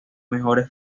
mejores